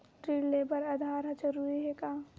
ऋण ले बर आधार ह जरूरी हे का?